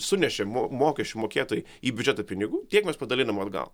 sunešė mo mokesčių mokėtojai į biudžetą pinigų tiek mes padalinam atgal